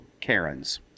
Karens